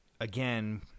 again